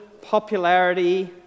popularity